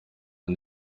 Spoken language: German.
man